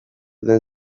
den